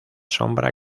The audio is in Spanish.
sombra